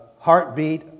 Heartbeat